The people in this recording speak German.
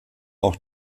auch